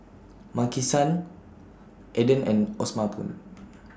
Maki San Aden and Osama Spoon